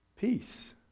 Peace